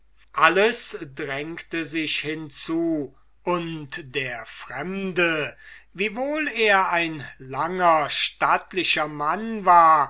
alles drängte sich hinzu und der fremde wiewohl er ein langer stattlicher mann war